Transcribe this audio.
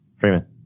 Freeman